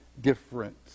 different